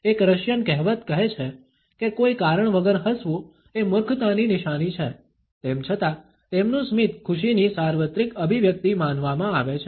એક રશિયન કહેવત કહે છે કે કોઈ કારણ વગર હસવું એ મૂર્ખતાની નિશાની છે તેમ છતાં તેમનું સ્મિત ખુશીની સાર્વત્રિક અભિવ્યક્તિ માનવામાં આવે છે